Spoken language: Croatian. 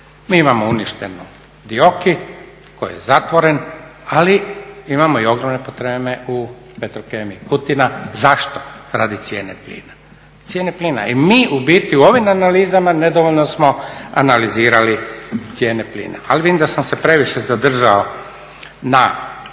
Mi imamo uništenu … koji je zatvoren, ali imamo i ogromne … u Petrokemiji Kutina. Zašto? Radi cijene plina. I mi u biti u ovim analizama nedovoljno smo analizirali cijene plina, ali vidim da sam se previše zadržao na